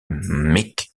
mick